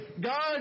God